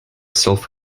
self